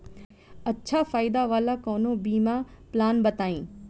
अच्छा फायदा वाला कवनो बीमा पलान बताईं?